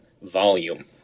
volume